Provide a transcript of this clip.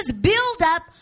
build-up